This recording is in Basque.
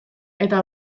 eta